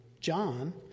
John